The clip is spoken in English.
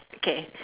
okay